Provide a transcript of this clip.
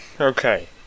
Okay